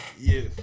yes